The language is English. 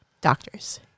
Doctors